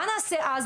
מה נעשה אז?